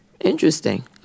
Interesting